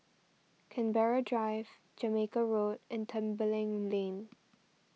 Canberra Drive Jamaica Road and Tembeling Lane